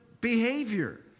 behavior